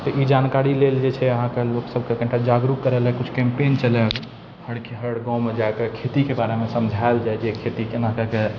तऽ ई जानकारी लेल जे छै अहाँकेँ लोक सभके कनिटा जागरुक करै लए किछु कैम्पेन चलै हर गाँवमे जाकऽ खेतीके बारमे समझायल जाइ जे खेती केना कए कऽ